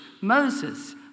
Moses